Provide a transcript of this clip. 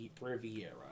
Riviera